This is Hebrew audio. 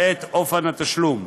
ואת אופן התשלום.